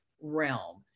realm